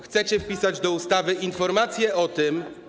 Chcecie wpisać do ustawy informacje o tym.